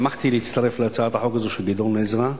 שמחתי להצטרף להצעת החוק הזאת של גדעון עזרא,